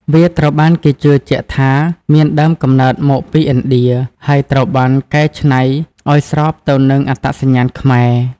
វាត្រូវបានគេជឿជាក់ថាមានដើមកំណើតមកពីឥណ្ឌា ហើយត្រូវបានកែច្នៃឱ្យស្របទៅនឹងអត្តសញ្ញាណខ្មែរ។